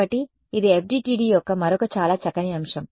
కాబట్టి ఇది FDTD యొక్క మరొక చాలా చక్కని అంశం